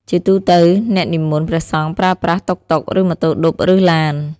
ជាទូទៅ អ្នកនិមន្តព្រះសង្ឃប្រើប្រាស់ តុកតុក ឬម៉ូតូឌុប ឬឡាន។